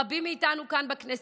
רבים מאיתנו כאן בכנסת,